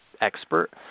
expert